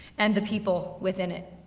and the people within it.